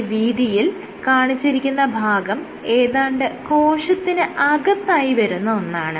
ഈ വീതിയിൽ കാണിച്ചിരിക്കുന്ന ഭാഗം ഏതാണ്ട് കോശത്തിന് അകത്തായി വരുന്ന ഒന്നാണ്